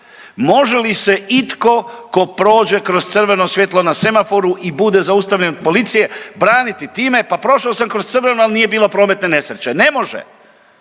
Može li se itko ko prođe kroz crveno svjetlo na semaforu i bude zaustavljen od policije braniti time, pa prošao sam kroz crveno, ali nije bilo prometne nesreće? Ne može